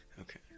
Okay